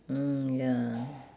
mm ya